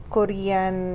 Korean